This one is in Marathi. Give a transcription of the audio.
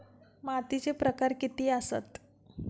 मातीचे प्रकार किती आसत?